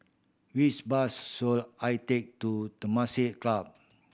which bus should I take to Temasek Club